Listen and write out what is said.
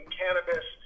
cannabis